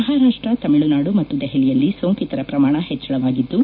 ಮಹಾರಾಷ್ಟ್ರ ತಮಿಳುನಾದು ಮತ್ತು ದೆಹಲಿಯಲ್ಲಿ ಸೋಂಕಿತರ ಪ್ರಮಾಣ ಹೆಚ್ಚಳವಾಗಿದ್ದು